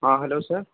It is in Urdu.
ہاں ہیلو سر